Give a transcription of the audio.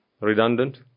Redundant